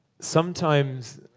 sometimes